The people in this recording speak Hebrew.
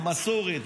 במסורת,